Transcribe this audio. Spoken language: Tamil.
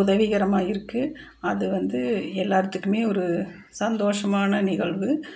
உதவிகரமாக இருக்குது அது வந்து எல்லாத்துக்குமே ஒரு சந்தோஷமான நிகழ்வு